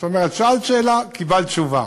זאת אומרת, שאלת שאלה, קיבלת תשובה.